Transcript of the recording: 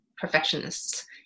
perfectionists